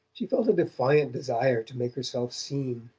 she felt a defiant desire to make herself seen.